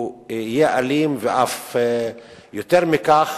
הוא יהיה אלים, ואף יותר מכך,